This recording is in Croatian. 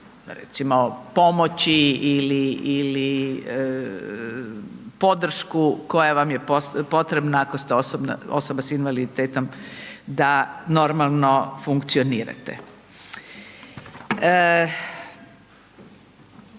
recimo pomoći ili podršku koja vam je potrebna ako ste osoba s invaliditetom da normalno funkcionirate.